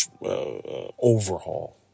overhaul